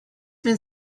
been